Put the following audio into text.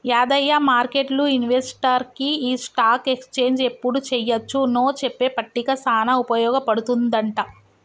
యాదయ్య మార్కెట్లు ఇన్వెస్టర్కి ఈ స్టాక్ ఎక్స్చేంజ్ ఎప్పుడు చెయ్యొచ్చు నో చెప్పే పట్టిక సానా ఉపయోగ పడుతుందంట